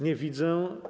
Nie widzę.